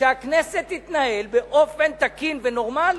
שהכנסת תתנהל באופן תקין ונורמלי.